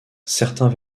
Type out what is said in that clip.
certains